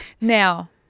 Now